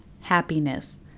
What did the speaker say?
happiness